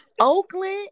Oakland